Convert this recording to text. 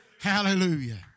hallelujah